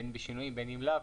בין בשינויים ובין אם לאו,